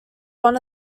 one